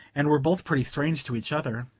and we're both pretty strange to each other.